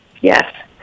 Yes